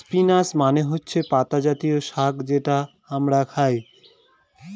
spinach মানে হচ্ছে পাতা জাতীয় শাক যেটা আমরা খায়